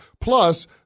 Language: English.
Plus